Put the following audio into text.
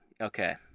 okay